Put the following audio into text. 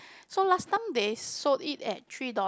so last time they sold it at three dollar